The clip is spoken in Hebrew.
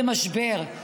זה משבר.